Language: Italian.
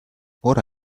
ora